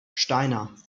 steiner